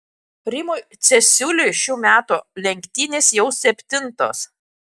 rimui cesiuliui šių metų lenktynės jau septintos